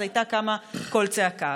אז היה קם קול צעקה.